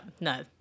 no